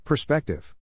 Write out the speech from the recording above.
Perspective